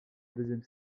deuxième